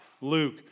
Luke